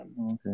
Okay